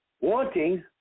wanting